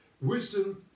wisdom